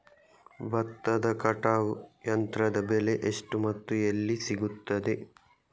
ಭತ್ತದ ಕಟಾವು ಯಂತ್ರದ ಬೆಲೆ ಎಷ್ಟು ಮತ್ತು ಎಲ್ಲಿ ಸಿಗುತ್ತದೆ?